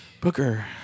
Booker